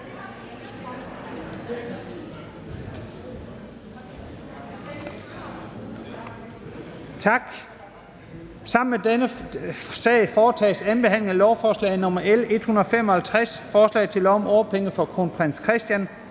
Sammen med dette punkt foretages: 26) 2. behandling af lovforslag nr. L 155: Forslag til lov om årpenge for kronprins Christian.